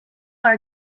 are